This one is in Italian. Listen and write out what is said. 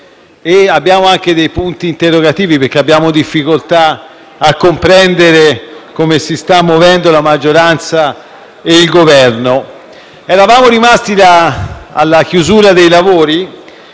Abbiamo anche alcuni punti interrogativi, perché abbiamo difficoltà a comprendere come si stiano muovendo la maggioranza e il Governo. Eravamo rimasti, in chiusura dei lavori